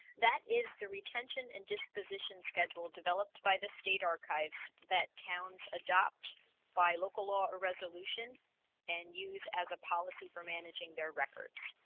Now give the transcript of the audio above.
that is the retention and disposition schedule developed by the state archives that towns adopt by local law or resolution and use as a policy for managing their records